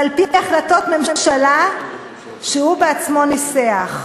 ועל-פי החלטות ממשלה שהוא בעצמו ניסח.